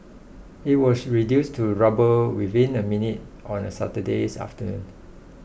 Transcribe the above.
it was reduced to rubble within a minute on a Saturdays afternoon